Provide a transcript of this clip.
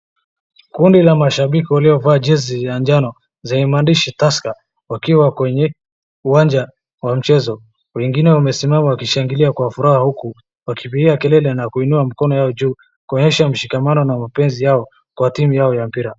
Kundi la mashabiki waliovaa jezi ya jano zenye mandishi Tusker wakiwa kwenye uwanja wa mchezo. Wengine wamesimama wakishangilia kwa furaha huku wakipiga kelele na kuinua mikono yao juu kuonyesha mshikamano na mapenzi yao kwa timu yao ya mpira.